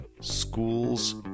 Schools